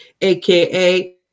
aka